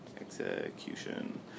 Execution